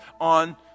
on